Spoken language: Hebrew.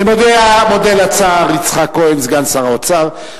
אני מודה לשר יצחק כהן, סגן שר האוצר.